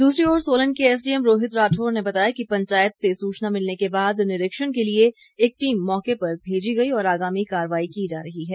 दूसरी ओर सोलन के एसडीएम रोहित राठौर ने बताया कि पंचायत से सूचना मिलने के बाद निरीक्षण के लिए एक टीम मौके पर भेजी गई और आगामी कार्रवाई की जा रही है